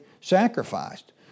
sacrificed